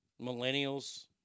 millennials